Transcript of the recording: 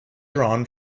drawn